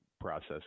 process